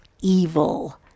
evil